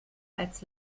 als